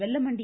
Vellamandi